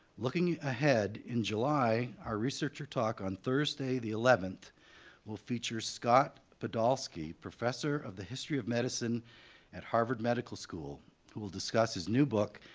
looking ahead, in july, our researcher talk on thursday the eleventh will feature scott podalski, podalski, professor of the history of medicine at harvard medical school, who will discuss his new book,